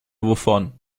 wovon